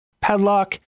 padlock